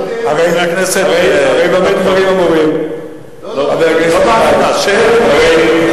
הרי במה דברים אמורים, חבר הכנסת שי?